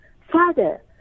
father